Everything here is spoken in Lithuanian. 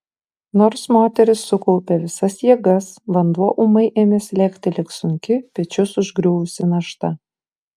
nors moteris sukaupė visas jėgas vanduo ūmai ėmė slėgti lyg sunki pečius užgriuvusi našta